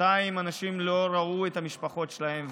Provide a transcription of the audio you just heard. שנתיים אנשים לא ראו את המשפחות שלהם,